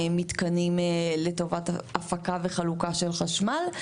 מתקנים לטובת הפקה וחלוקה של חשמל.